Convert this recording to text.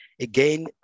again